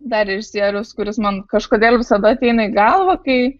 dar režisierius kuris man kažkodėl visada ateina į galvą kai